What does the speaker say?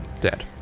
Dead